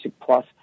Plus